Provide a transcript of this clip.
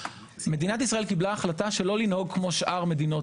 מדינת ישראל קיבלה החלטה לא לנהוג כמו שאר מדינות